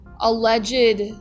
alleged